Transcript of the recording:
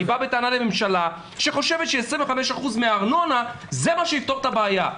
אני בא בטענה לממשלה שחושבת ש-25% מהארנונה זה מה שיפתור את הבעיה.